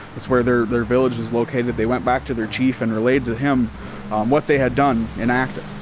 it's where their their village located. they went back to their chief and relayed to him what they had done in acton.